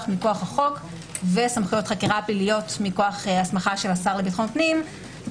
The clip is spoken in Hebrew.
מכוח החוק וסמכויות חקירה פליליות מכוח הסמכה של השר לביטחון פנים,